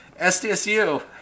SDSU